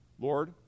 Lord